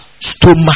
stomach